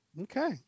Okay